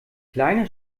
kleine